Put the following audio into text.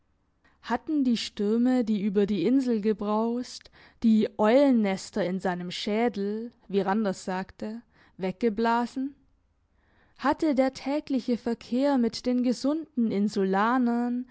hatten die stürme die über die insel gebraust die eulennester in seinem schädel wie randers sagte weggeblasen hatte der tägliche verkehr mit den gesunden insulanern